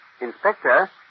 Inspector